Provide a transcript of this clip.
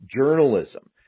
journalism